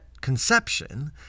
conception